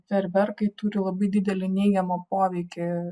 ferverkai turi labai didelį neigiamą poveikį